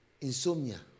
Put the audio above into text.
insomnia